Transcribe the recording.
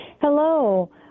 Hello